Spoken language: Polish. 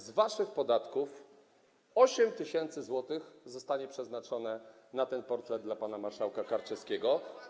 Z waszych podatków 8 tys. zł zostanie przeznaczone na ten portret pana marszałka Karczewskiego.